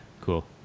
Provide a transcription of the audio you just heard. cool